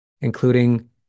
including